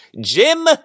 Jim